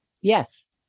Yes